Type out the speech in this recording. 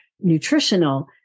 nutritional